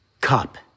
cup